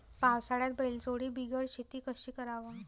पावसाळ्यात बैलजोडी बिगर शेती कशी कराव?